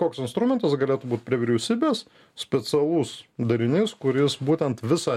koks instrumentas galėtų būt prie vyriausybės specialus darinys kuris būtent visą